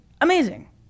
amazing